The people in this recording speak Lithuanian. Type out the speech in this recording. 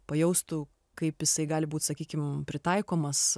pajaustų kaip jisai gali būt sakykim pritaikomas